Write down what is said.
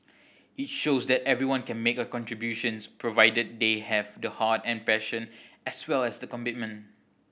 it shows that everyone can make a contributions provided they have the heart and passion as well as the commitment